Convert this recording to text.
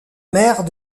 maire